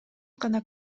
гана